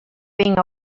vinc